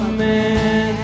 man